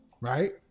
right